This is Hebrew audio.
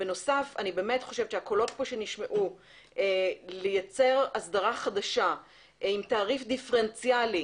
בנוסף אומר שהקולות שנשמעו לייצר אסדרה חדשה עם תעריף דיפרנציאלי